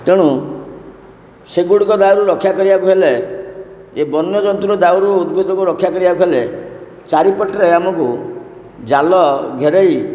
ତେଣୁ ସେଗୁଡ଼ିକ ଦାୟରୁ ରକ୍ଷା କରିବାକୁ ହେଲେ ଏ ବନ୍ୟଜନ୍ତୁର ଦାଉରୁ ଉଦ୍ଭିଦକୁ ରକ୍ଷା କରିବାକୁ ହେଲେ ଚାରିପଟରେ ଆମକୁ ଜାଲ ଘେରେଇ